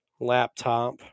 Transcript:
Laptop